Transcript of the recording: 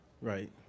Right